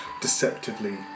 deceptively